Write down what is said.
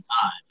time